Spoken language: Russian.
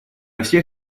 всех